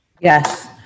Yes